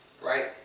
Right